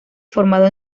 formado